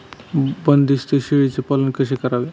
बंदिस्त शेळीचे पालन कसे करावे?